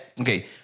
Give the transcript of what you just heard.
Okay